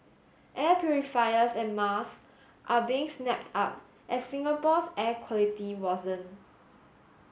air purifiers and masks are being snapped up as Singapore's air quality worsen